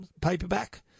paperback